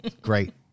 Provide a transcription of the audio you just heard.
Great